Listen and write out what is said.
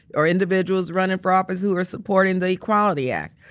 or individuals running for office who are supporting the equality act.